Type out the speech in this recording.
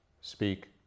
speak